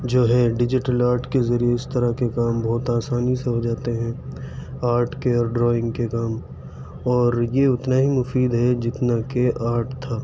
جو ہے digital art کے ذریعے اس طرح کے کام بہت آسانی سے ہو جاتے ہیں آرٹ کے اور ڈرائنگ کے کام اور یہ اتنا ہی مفید ہے جتنا کہ آرٹ تھا